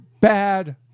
bad